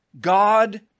God